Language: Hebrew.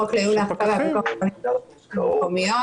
החוק לייעול האכיפה והפיקוח העירוניים ברשויות המקומיות.